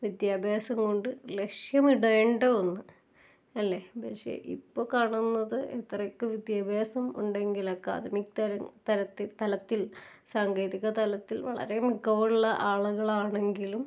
വിദ്യാഭ്യാസം കൊണ്ട് ലക്ഷ്യമിടേണ്ട ഒന്ന് അല്ലേ ഇതാണ് ശരി ഇപ്പോൾ കാണുന്നത് ഇത്രയ്ക്ക് വിദ്യാഭ്യാസം ഉണ്ടെങ്കിൽ അക്കാഡമിക് തര തരത്തിൽ തലത്തില് സാങ്കേതിക തലത്തില് വളരെ മികവുള്ള ആളുകളാണെങ്കിലും